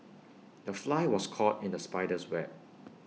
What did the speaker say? the fly was caught in the spider's web